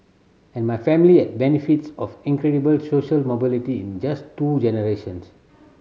and my family had benefits of incredible social mobility in just two generations